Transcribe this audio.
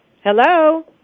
hello